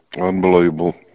Unbelievable